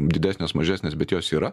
didesnės mažesnės bet jos yra